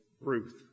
Ruth